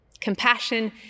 Compassion